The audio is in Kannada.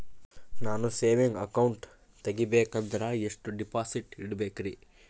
ನಾನು ಸೇವಿಂಗ್ ಅಕೌಂಟ್ ತೆಗಿಬೇಕಂದರ ಎಷ್ಟು ಡಿಪಾಸಿಟ್ ಇಡಬೇಕ್ರಿ?